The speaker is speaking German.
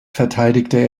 verteidigte